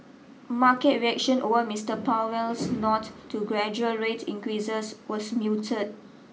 market reaction over Mister Powell's nod to gradual rate increases was muted